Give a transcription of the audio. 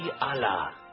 Allah